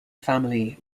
family